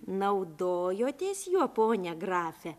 naudojotės juo pone grafe